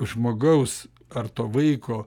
žmogaus ar to vaiko